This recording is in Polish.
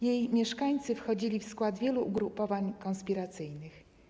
Jej mieszkańcy wchodzili w skład wielu ugrupowań konspiracyjnych.